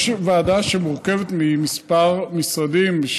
יש ועדה שמורכבת מכמה משרדים,